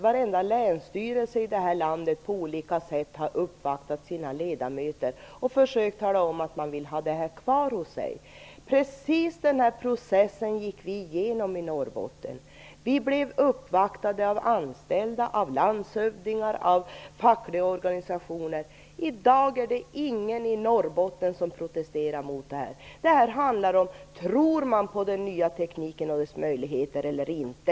Varenda länsstyrelse i detta land har uppvaktat sina ledamöter på olika sätt och försökt tala om att man vill ha denna uppgift kvar hos sig. Precis denna process gick vi igenom i Norrbotten. Vi blev uppvaktade av anställda, landshövdingar och fackliga organisationer. I dag är det ingen i Norrbotten som protesterar mot detta. Det handlar om ifall man tror på den nya tekniken och dess möjligheter eller inte.